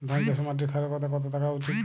ধান চাষে মাটির ক্ষারকতা কত থাকা উচিৎ?